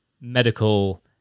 medical